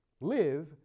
live